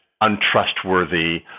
untrustworthy